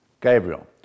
Gabriel